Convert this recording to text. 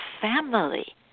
family